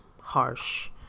harsh